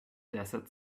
desert